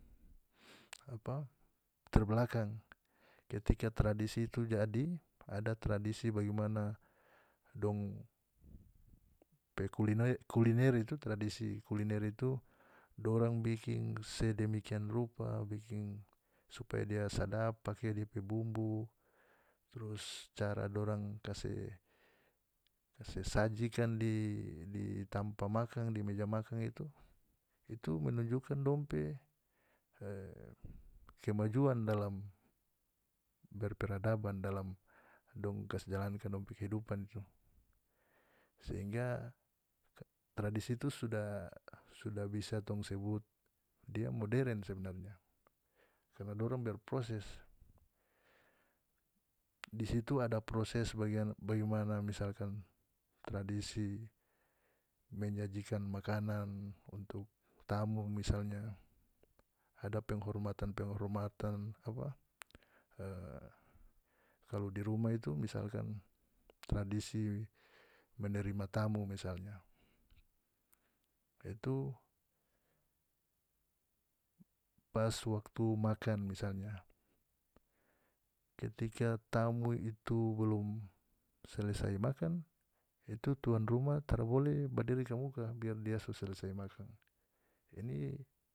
Apa terbelakang ketika tradisi itu jadi ada tradisi bagimana dong pe kuliner itu kuliner itu tradisi kuliner itu dorang bikin sedemikian rupa bikin supaya dia sadap pake dia pe bumbu trus cara dorang kase kase sajikan di di tampa makan di meja makan itu itu menunjukan dong pe e kemajuan dalam dari peradaban dalam dong kas jalankan dong pe kehidupan itu sehingga tradisi itu sudah sudah bisa tong sebut dia modern sebenarnya karna dorang berproses di situ ada proses bagian bagaimana misalkan tradisi menyajikan makanan untuk tamu misalnya ada penghormatan-penghormatan apa e kalu di rumah itu misalkan tradisi menerima tamu misalnya itu pas waktu makan misalnya ketika tamu itu belum selesai makan itu tuan rumah tara boleh badiri kamuka biar dia so selesai makan ini.